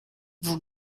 vous